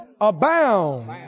Abound